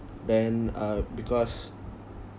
then uh because